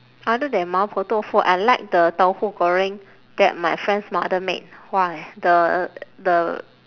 other than 麻婆豆腐 I like the tauhu goreng that my friend's mother made !wah! the the